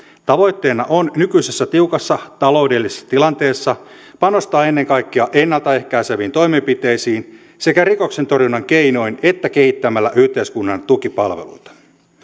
tavoitteena on nykyisessä tiukassa taloudellisessa tilanteessa panostaa ennen kaikkea ennalta ehkäiseviin toimenpiteisiin sekä rikoksentorjunnan keinoin että kehittämällä yhteiskunnan tukipalveluita